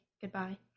goodbye